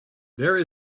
there